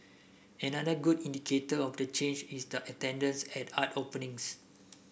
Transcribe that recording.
another good indicator of the change is the attendance at art openings